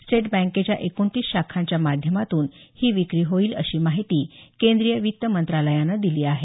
state बँकेच्या एकोणतीस शाखांच्या माध्यमातून ही विक्री होईल अशी माहिती केंद्रीय वित्तमंत्रालयानं दिली आहे